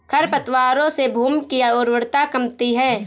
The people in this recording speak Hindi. खरपतवारों से भूमि की उर्वरता कमती है